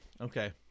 Okay